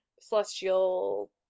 Celestial